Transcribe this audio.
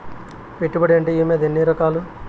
పెట్టుబడి అంటే ఏమి అది ఎన్ని రకాలు